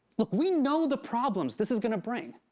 look, we know the problems this is gonna bring.